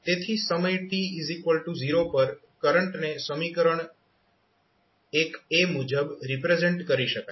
તેથી સમય t0 પર કરંટને સમીકરણ મુજબ રિપ્રેઝેન્ટ કરી શકાય